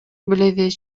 билебиз